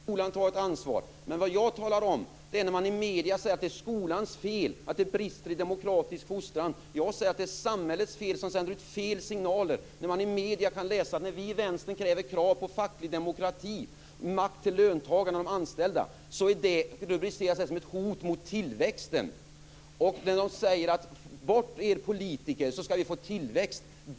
Fru talman! Självklart skall skolan ta ett ansvar. Jag talar om hur medierna säger att det är skolans fel att det brister i demokratisk fostran. Jag säger att det är samhällets fel som sänder ut fel signaler. I medierna kan man läsa att vi i Vänstern ställer krav på facklig demokrati, makt till löntagarna och de anställda - och detta rubriceras som ett hot mot tillväxten. Sedan hävdar medierna: "Bort med er politiker, så skall det bli tillväxt."